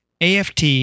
AFT